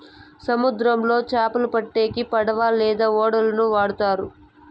సముద్రంలో చాపలు పట్టేకి పడవ లేదా ఓడలను వాడుతారు